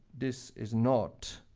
this is not.